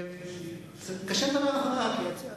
קצת קשה לדבר אחריו.